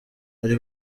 ari